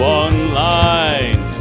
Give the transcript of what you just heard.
online